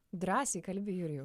drąsiai kalbi jurijau